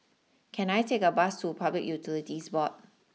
can I take a bus to Public Utilities Board